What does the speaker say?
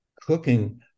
cooking